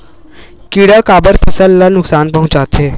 किड़ा काबर फसल ल नुकसान पहुचाथे?